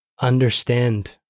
understand